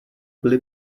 byly